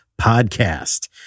podcast